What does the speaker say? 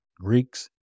Greeks